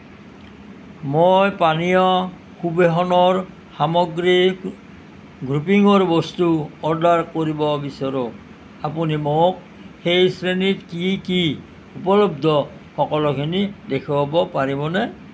মই পানীয় সুবেশনৰ সামগ্ৰী গ্ৰুমিঙৰ বস্তু অৰ্ডাৰ কৰিব বিচাৰোঁ আপুনি মোক সেই শ্ৰেণীত কি কি উপলব্ধ সকলোখিনি দেখুৱাব পাৰিবনে